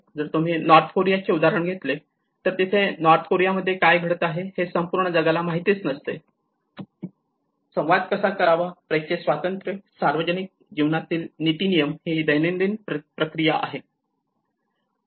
जर तुम्ही north Korea चे उदाहरण घेतले तर तिथे नोर्थ कोरिया मध्ये काय घडत आहे हे पूर्ण जगाला माहित नसते की याविषयी संवाद कसा साधावा प्रेसचे स्वातंत्र्य सार्वजनिक जीवनातील नीतिनियम ही दैनंदिन प्रक्रिया आहेत